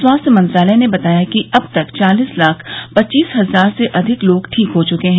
स्वास्थ्य मंत्रालय ने बताया कि अब तक चालिस लाख पच्चीस हजार से अधिक लोग ठीक हो चुके हैं